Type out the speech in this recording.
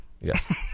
yes